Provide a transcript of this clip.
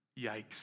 yikes